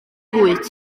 bwyd